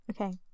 okay